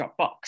Dropbox